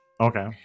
Okay